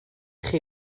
chi